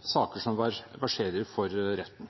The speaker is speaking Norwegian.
saker som verserer for retten.